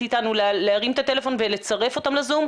איתנו להרים את הטלפון ולצרף אותם לזום,